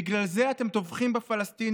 בגלל זה אתם טובחים בפלסטינים,